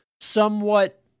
somewhat